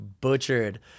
butchered